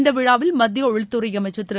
இந்த விழாவில் மத்திய உள்துறை அமைச்சர் திரு